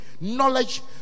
Knowledge